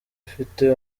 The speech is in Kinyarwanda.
ifite